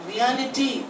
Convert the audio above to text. Reality